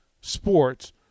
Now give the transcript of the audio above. sports